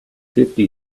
fifty